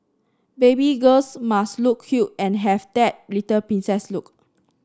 baby girls must look cute and have that little princess look